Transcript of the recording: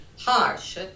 harsh